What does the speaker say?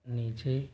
नीचे